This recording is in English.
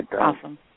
awesome